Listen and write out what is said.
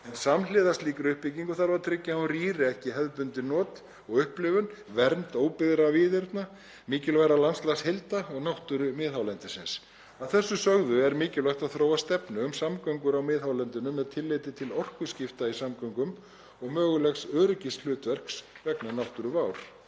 en samhliða slíkri uppbyggingu þarf að tryggja að hún rýri ekki hefðbundin not og upplifun, vernd óbyggðra víðerna, mikilvægra landslagsheilda og náttúru miðhálendisins. Að þessu sögðu er mikilvægt að þróa stefnu um samgöngur á miðhálendinu með tilliti til orkuskipta í samgöngum og mögulegs öryggishlutverks vegna náttúruvár.